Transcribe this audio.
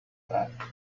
that